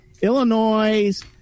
Illinois